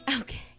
Okay